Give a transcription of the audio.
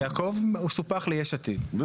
יעקב סופח ל"יש עתיד" לצורך ההתייעצות.